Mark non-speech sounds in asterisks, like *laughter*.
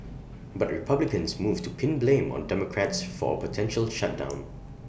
*noise* but republicans moved to pin blame on democrats for A potential shutdown *noise*